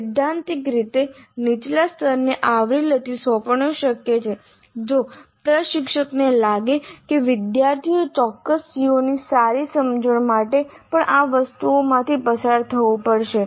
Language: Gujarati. સૈદ્ધાંતિક રીતે નીચલા સ્તરને આવરી લેતી સોંપણી શક્ય છે જો પ્રશિક્ષકને લાગે કે વિદ્યાર્થીઓએ ચોક્કસ CO ની સારી સમજણ માટે પણ આ વસ્તુઓમાંથી પસાર થવું પડશે